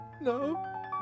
No